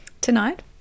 tonight